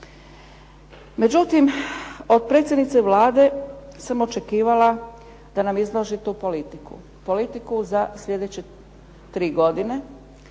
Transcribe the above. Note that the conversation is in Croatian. Međutim, od predsjednice Vlade sam očekivala da nam izloži tu politiku, politiku za iduće 3 godine,